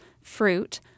fruit